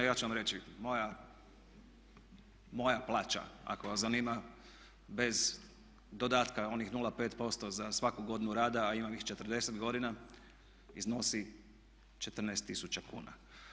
Ja ću vam reći, moja plaća ako vas zanima bez dodatka onih 0,5% za svaku godinu rada a imam ih 40 godina iznosi 14 tisuća kuna.